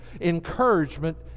encouragement